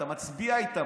אתה מצביע איתם.